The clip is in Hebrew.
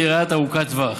בראייה ארוכת טווח.